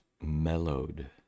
mellowed